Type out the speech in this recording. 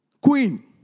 queen